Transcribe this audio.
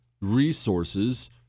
resources